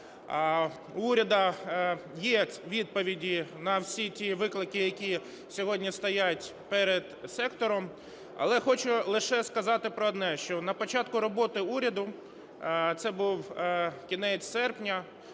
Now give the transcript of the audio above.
В уряду є відповіді на всі ті виклики, які сьогодні стоять перед сектором. Але хочу лише сказати про одне, що на початку роботи уряду - це був кінець серпня,